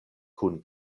kun